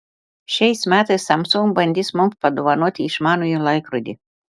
šiais metais samsung bandys mums padovanoti išmanųjį laikrodį